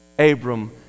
Abram